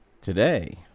today